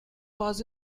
was